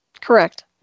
Correct